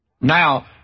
Now